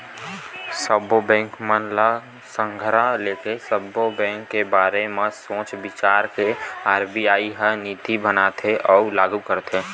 सब्बो बेंक मन ल संघरा लेके, सब्बो बेंक के बारे म सोच बिचार के आर.बी.आई ह नीति बनाथे अउ लागू करथे